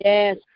Yes